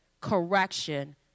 correction